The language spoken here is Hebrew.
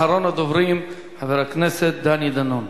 אחרון הדוברים, חבר הכנסת דני דנון.